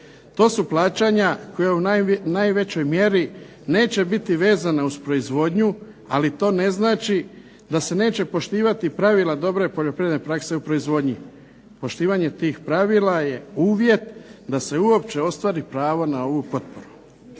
To su plaćanja koja u najvećoj mjeri neće biti vezana uz proizvodnju, ali to ne znači da se neće poštivati pravila dobre poljoprivredne prakse u proizvodnji. Poštivanje tih pravila je uvjet da se uopće ostvari pravo na ovu potporu.